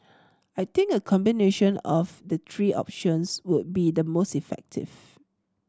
I think a combination of the three options would be the most effective